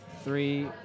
three